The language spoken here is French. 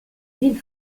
ville